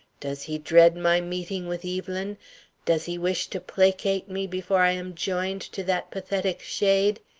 does he dread my meeting with evelyn? does he wish to placate me before i am joined to that pathetic shade?